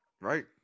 right